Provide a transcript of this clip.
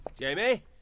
Jamie